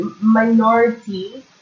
minority